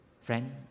friend